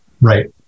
Right